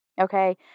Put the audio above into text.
okay